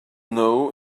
know